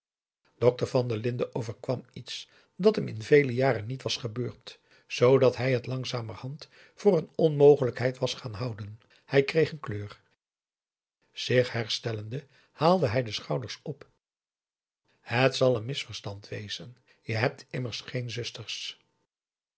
dokter van der linden overkwam iets dat hem in vele jaren niet was gebeurd zoodat hij het langzamerhand voor een onmogelijkheid was gaan houden hij kreeg een kleur zich herstellende haalde hij de schouders op het zal een misverstand wezen je hebt immers geen zusters